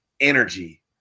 energy